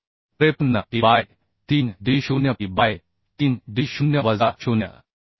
53 e by 3 d 0 p by 3d 0 वजा 0